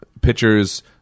pitchers